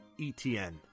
ETN